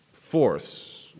force